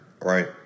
right